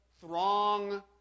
throng